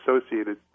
associated